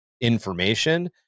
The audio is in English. information